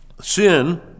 sin